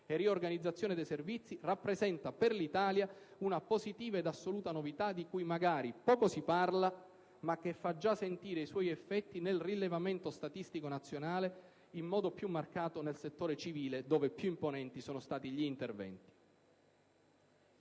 e riorganizzazione dei servizi, rappresenta per l'Italia una positiva ed assoluta novità di cui magari poco si parla ma che fa già sentire i suoi effetti nel rilevamento statistico nazionale, in modo più marcato nel settore civile, dove più imponenti sono stati gli interventi.